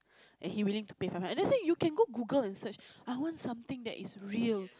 and he willing to pay five hundred then I say you can go Google and search I want something that is real